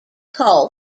coal